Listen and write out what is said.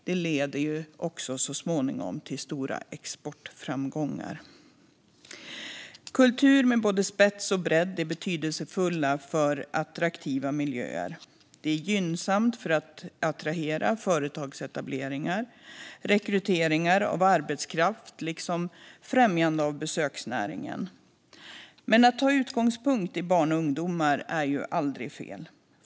Det leder också så småningom till stora exportframgångar. Kultur med både spets och bredd är betydelsefullt för attraktiva miljöer. Det är gynnsamt för att attrahera företagsetableringar, rekrytera arbetskraft och främja besöksnäringen. Men att ta utgångspunkt i barn och ungdomar är aldrig fel.